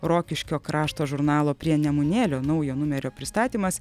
rokiškio krašto žurnalo prie nemunėlio naujo numerio pristatymas